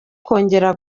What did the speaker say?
kongera